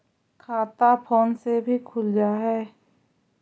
खाता फोन से भी खुल जाहै?